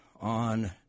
on